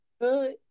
Good